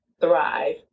Thrive